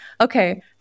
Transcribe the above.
okay